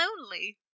lonely